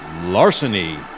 larceny